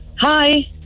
Hi